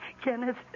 Kenneth